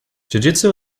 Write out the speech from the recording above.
jujitsu